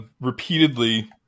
repeatedly